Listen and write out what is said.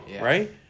right